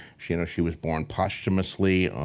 she and she was born posthumously,